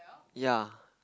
ya